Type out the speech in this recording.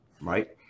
right